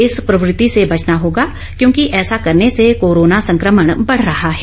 इस प्रवृत्ति से बचना होगा क्योंकि ऐसा करने से कोरोना संकमण बढ़ रहा है